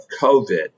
COVID